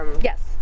yes